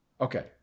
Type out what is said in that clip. Okay